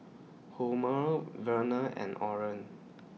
Homer Vernal and Oren